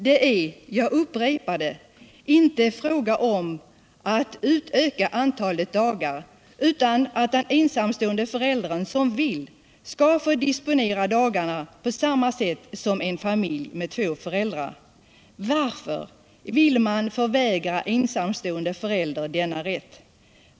Det är jag upprepar det - inte fråga om att utöka antalet dagar, utan att den ensamstående förälder som vill skall få disponera dagarna på samma sätt som en familj med två föräldrar. Varför vill man förvägra ensamstående förälder denna rätt?